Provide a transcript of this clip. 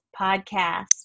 podcast